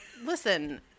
listen